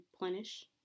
replenish